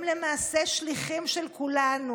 הם למעשה שליחים של כולנו.